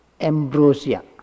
ambrosia